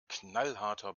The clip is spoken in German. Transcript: knallharter